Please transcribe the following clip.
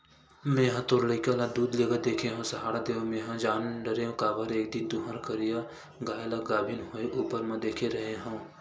मेंहा तोर लइका ल दूद लेगत देखेव सहाड़ा देव मेंहा जान डरेव काबर एक दिन तुँहर करिया गाय ल गाभिन होय ऊपर म देखे रेहे हँव